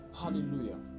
Hallelujah